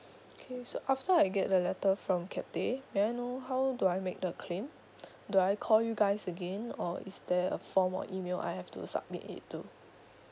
okay so after I get the letter from Cathay may I know how do I make the claim do I call you guys again or is there a form or email I have to submit it to